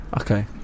okay